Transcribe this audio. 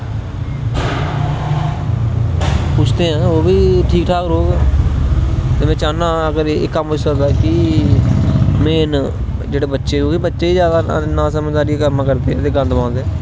पुच्छने आं ओह् बी ठीक ठाक रौहग ते में चाहन्ना अगर एह् कम होई सकदा कि में जेहडे़ बच्चे होऐ बच्चे गे ज्यादा समझदारी आहला कम्म करदे ते गंद पांदे